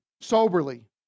soberly